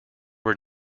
were